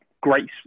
great